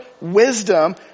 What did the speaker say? wisdom